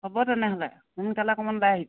হ'ব তেনেহ'লে সোনকালে অকণমান ওলাই আহিবি